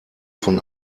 von